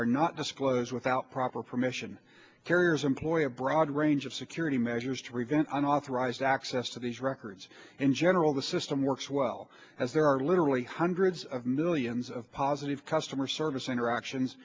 are not disclosed without proper permission carriers employ a broad range of security measures to prevent an authorized access to these records in general the system works well as there are literally hundreds of millions of positive customer service interactions